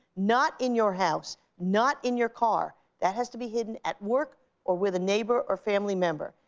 not in your house. not in your car. that has to be hidden at work or with a neighbor or family member.